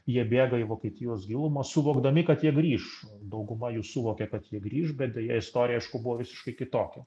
jie bėga į vokietijos gilumą suvokdami kad jie grįš dauguma jų suvokė kad jie grįš bet deja istorija aišku buvo visiškai kitokia